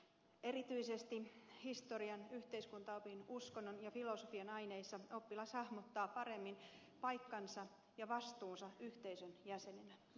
erityisesti historian yhteiskuntaopin uskonnon ja filosofian aineissa oppilas hahmottaa paremmin paikkansa ja vastuunsa yhteisön jäsenenä